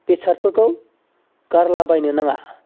बेसादफोरखौ गारलाबायनो नाङा